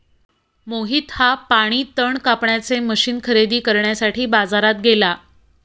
मोहित हा पाणी तण कापण्याचे मशीन खरेदी करण्यासाठी बाजारात गेला